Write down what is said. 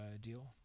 deal